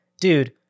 dude